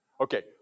Okay